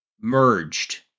merged